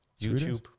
YouTube